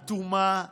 אטומה ואדישה,